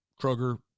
Kroger